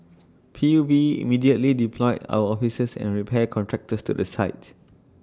P U B immediately deployed our officers and repair contractors to the site